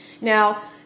Now